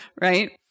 right